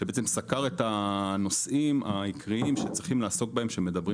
שסקר את הנושאים העיקריים שצריך לעסוק בהם כשמדברים